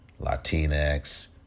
Latinx